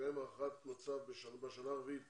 לקיים הערכת מצב בשנה הרביעית